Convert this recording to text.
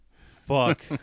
Fuck